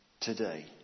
today